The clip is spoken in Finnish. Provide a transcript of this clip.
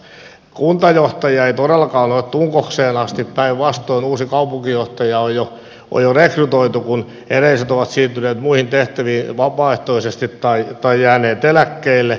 kuntajohtajia ei todellakaan ole tungokseen asti päinvastoin uusi kaupunginjohtaja on jo rekrytoitu kun edelliset ovat siirtyneet muihin tehtäviin vapaaehtoisesti tai jääneet eläkkeelle